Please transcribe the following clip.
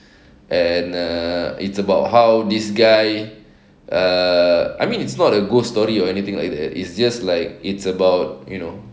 and err it's about how this guy err I mean it's not a ghost story or anything like that it's just like it's about you know